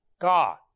God